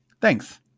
Thanks